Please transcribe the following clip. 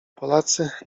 polacy